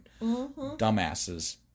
dumbasses